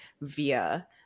via